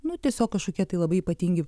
nu tiesiog kažkokie tai labai ypatingi